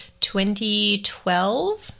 2012